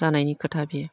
जानायनि खोथा बेयो